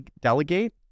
delegate